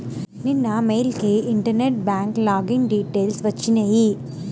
నిన్న మెయిల్ కి internet bank login details వచ్చినియ్యి